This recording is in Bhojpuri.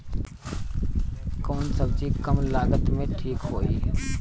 कौन सबजी कम लागत मे ठिक होई?